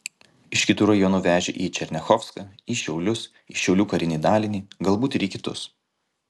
iš kitų rajonų vežė į černiachovską į šiaulius į šiaulių karinį dalinį galbūt ir į kitus